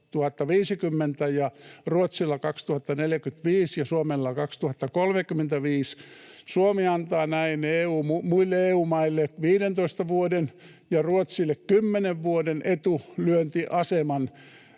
ja Ruotsilla 2045 ja Suomella 2035. Suomi antaa näin muille EU-maille 15 vuoden ja Ruotsille kymmenen vuoden etulyöntiaseman